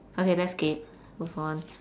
okay let's skip move on